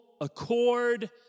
accord